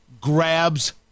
grabs